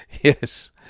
Yes